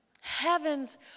Heaven's